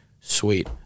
sweet